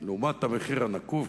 לעומת המחיר הנקוב,